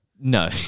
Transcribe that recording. No